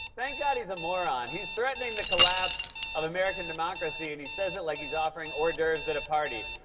thank god he's a moron. he's threatening the collapse of american democracy, and he says it like he's offering hors d'oeuvres at a party.